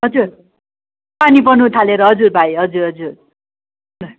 हजुर पानी पर्नुथालेर हजुर भाइ हजुर हजुर ल